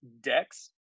decks